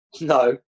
No